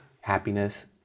happiness